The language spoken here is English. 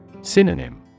Synonym